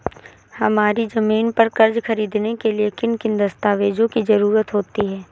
हमारी ज़मीन पर कर्ज ख़रीदने के लिए किन किन दस्तावेजों की जरूरत होती है?